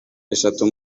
eshatu